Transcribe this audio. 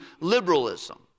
liberalism